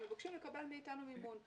שמבקשים לקבל מאיתנו מימון.